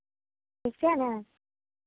ठीक छै ने